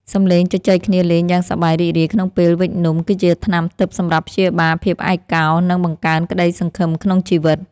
សម្លេងជជែកគ្នាលេងយ៉ាងសប្បាយរីករាយក្នុងពេលវេចនំគឺជាថ្នាំទិព្វសម្រាប់ព្យាបាលភាពឯកោ និង បង្កើនក្ដីសង្ឃឹមក្នុងជីវិត។